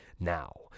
Now